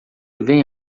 vem